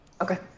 Okay